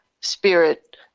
spirit